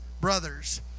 brothers